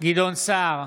גדעון סער,